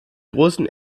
großen